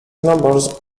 numbers